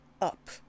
up